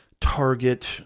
Target